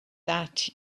that